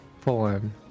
form